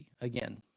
again